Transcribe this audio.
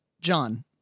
John